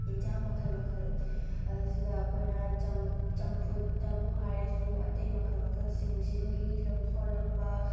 ꯑꯦꯟꯁꯥꯡ ꯃꯈꯜ ꯃꯈꯜ ꯑꯗꯁꯤꯗ ꯑꯩꯈꯣꯏꯅ ꯆꯝꯐꯨꯠꯇꯕꯨ ꯍꯥꯏꯔꯁꯨ ꯑꯇꯩ ꯃꯈꯜ ꯃꯈꯜꯁꯤꯡꯁꯤꯗꯒꯤ ꯂꯧꯊꯣꯔꯛꯄ